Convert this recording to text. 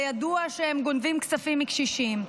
זה ידוע שהם גונבים כספים מקשישים.